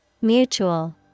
Mutual